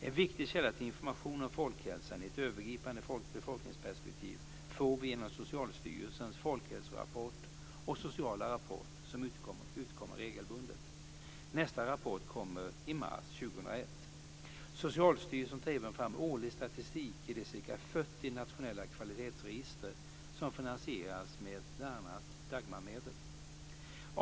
En viktig källa till information om folkhälsan i ett övergripande befolkningsperspektiv får vi genom Socialstyrelsens Folkhälsorapport och Sociala rapport som utkommer regelbundet. Nästa rapport kommer i mars 2001. Socialstyrelsen tar även fram årlig statistik i de ca 40 nationella kvalitetsregister som finansieras med bl.a. Dagmarmedel.